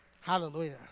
Hallelujah